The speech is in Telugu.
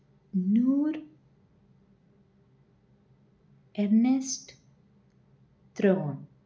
నూర్ ఎన్నెస్ట్ త్రోన్